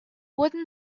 wooden